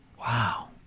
Wow